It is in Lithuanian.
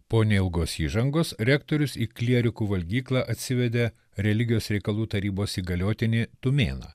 po neilgos įžangos rektorius į klierikų valgyklą atsivedė religijos reikalų tarybos įgaliotinį tumėną